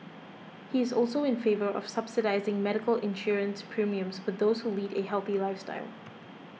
he is also in favour of subsidising medical insurance premiums for those who lead a healthy lifestyle